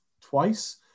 twice